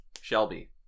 Shelby